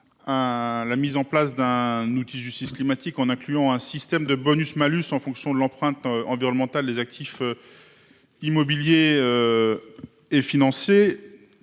la mise en place d’un outil de justice climatique comprenant un système de bonus malus lié à l’empreinte environnementale des actifs immobiliers et financiers.